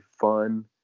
fun